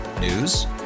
News